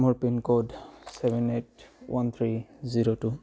মোৰ pincode seven eight one three zero two